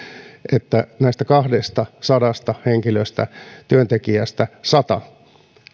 että näistä kahdestasadasta työntekijästä sata